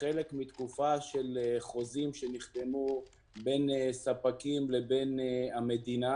כחלק מתקופה של חוזים שנחתמו בין ספקים לבין המדינה,